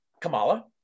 kamala